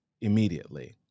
immediately